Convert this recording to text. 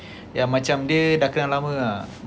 ya macam lah